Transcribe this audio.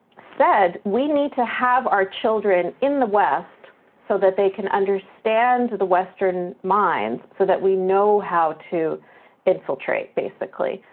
said, we need to have our children in the west so that they can understand the western mind, so that we know how to infiltrate, basically,